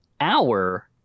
hour